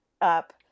up